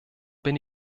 bin